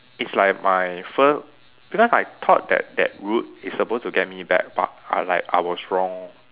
it's like my first because I thought that that route is supposed to get me back but I like I was wrong